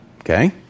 Okay